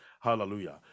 Hallelujah